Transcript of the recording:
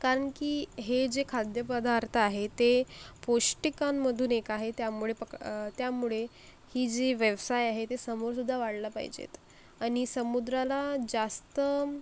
कारण की हे जे खाद्यपदार्थ आहे ते पौष्टिकांमधून एक आहे त्यामुळे पक त्यामुळे ही जी व्यवसाय आहे ते समोरसुद्धा वाढला पाहिजेत आणि समुद्राला जास्त